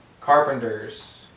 carpenters